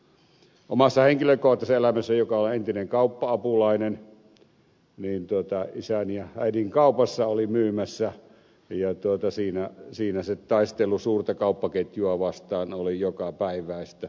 omassa henkilökohtaisessa elämässä olen entinen kauppa apulainen isän ja äidin kaupassa olin myymässä siinä se taistelu suurta kauppaketjua vastaan oli jokapäiväistä